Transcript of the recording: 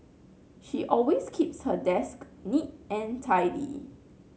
she always keeps her desk neat and tidy